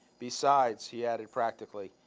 besides, he added practically,